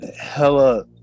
hella